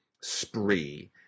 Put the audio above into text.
spree